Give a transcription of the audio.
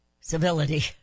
civility